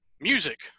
Music